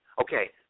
Okay